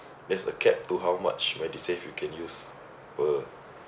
there's a cap to how much MediSave you can use per